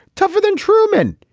tougher than truman.